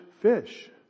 fish